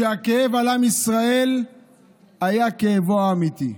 שהכאב על עם ישראל היה כאבו האמיתי.